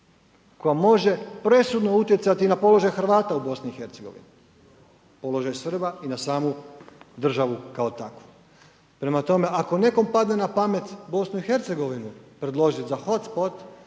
koja može presudno utjecati i na položaj Hrvata u BiH, položaj Srba i na samu državu kao takvu. Prema tome, ako nekom padne na pamet BiH predložit za hotspot